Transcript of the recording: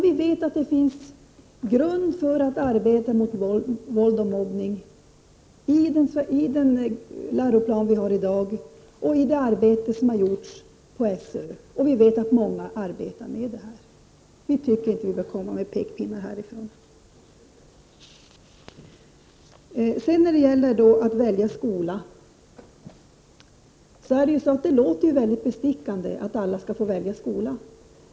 Vi vet att det finns grund för att arbeta mot våld och mobbning i dagens läroplan samt genom det arbete som SÖ har gjort. Många arbetar också med dessa frågor. Vi i riksdagen skall inte komma med pekpinnar i dessa avseenden. Så till frågan om att välja skola. Det låter bestickande att alla skall få välja skola.